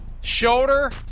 shoulder